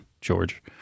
George